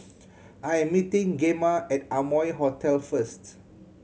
I'm meeting Gemma at Amoy Hotel first